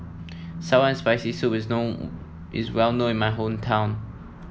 sour and Spicy Soup is known is well known in my hometown